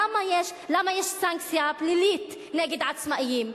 למה יש סנקציה פלילית נגד עצמאים?